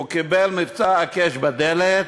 הוא קיבל מבצע "הקש בדלת":